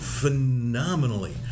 phenomenally